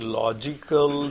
logical